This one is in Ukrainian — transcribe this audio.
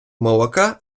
молока